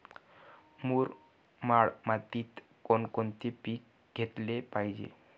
मुरमाड मातीत कोणकोणते पीक घेतले पाहिजे?